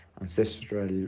ancestral